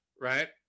right